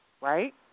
right